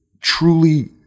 truly